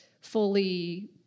fully